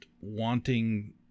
wanting